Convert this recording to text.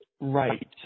right